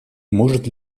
может